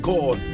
God